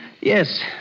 Yes